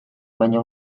baina